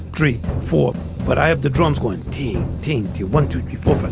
three, four but i have the drums. one team. team two, one, two,